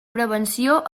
prevenció